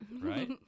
right